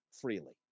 freely